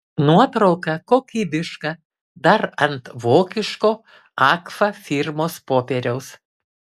nuotrauka kokybiška dar ant vokiško agfa firmos popieriaus